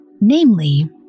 namely